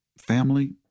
family